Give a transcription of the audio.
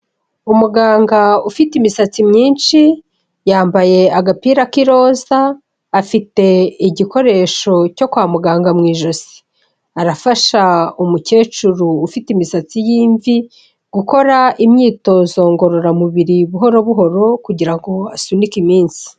Umuganga ufite imisatsi myinshi, yambaye agapira k'iroza, afite igikoresho cyo kwa muganga mu ijosi, arafasha umukecuru ufite imisatsi y'imvi gukora imyitozo ngororamubiri buhoro buhoro kugira ngo asunike iminsi.